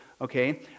okay